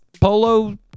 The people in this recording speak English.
polo